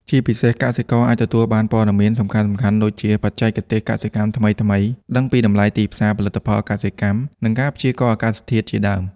ជាពិសេស កសិករអាចទទួលបានព័ត៌មានសំខាន់ៗដូចជា បច្ចេកទេសកសិកម្មថ្មីៗ ដឹងពីតម្លៃទីផ្សារផលិតផលកសិកម្ម និងការព្យាករណ៍អាកាសធាតុជាដើម។